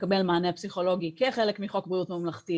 לקבל מענה פסיכולוגי כחלק ממענה בריאות ממלכתי